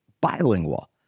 Bilingual